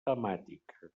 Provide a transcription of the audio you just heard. temàtica